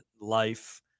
life